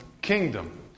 kingdom